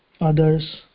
others